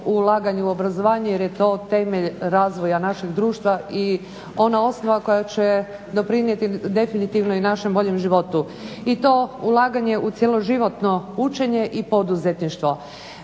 u ulaganje u obrazovanje jer je to temelj razvoja našeg društva i ona osnova koja će doprinijeti definitivno i našem boljem životu. I to ulaganje u cjeloživotno učenje i poduzetništvo.